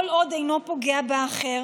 כל עוד אינו פוגע באחר,